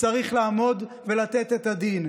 צריך לעמוד ולתת את הדין.